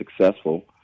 successful